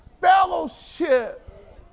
fellowship